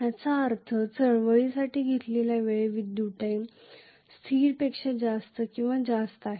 याचा अर्थ हालचालीसाठी घेतलेला वेळ विद्युत टाइम स्थिरपेक्षा जास्त किंवा जास्त आहे